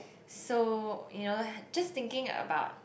so you know just thinking about